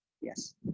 Yes